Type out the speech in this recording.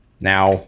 now